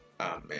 amen